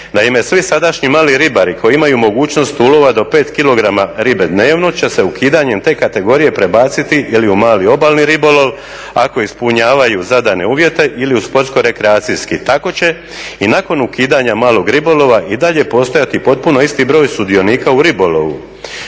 Naime, svi sadašnji mali ribari koji imaju mogućnost ulova do 5 kg ribe dnevno će se ukidanjem te kategorije prebaciti ili u mali obalni ribolov ako ispunjavaju zadane uvjete ili u sportsko rekreacijski. Tako će i nakon ukidanja malog ribolova i dalje postojati potpuno isti broj sudionika u ribolovu